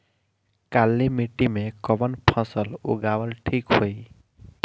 काली मिट्टी में कवन फसल उगावल ठीक होई?